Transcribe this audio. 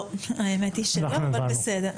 לא, האמת היא שלא, אבל בסדר.